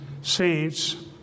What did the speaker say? saints